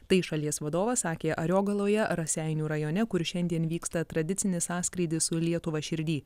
tai šalies vadovas sakė ariogaloje raseinių rajone kur šiandien vyksta tradicinis sąskrydis su lietuva širdy